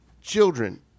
children